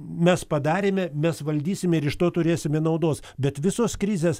mes padarėme mes valdysime ir iš to turėsime naudos bet visos krizės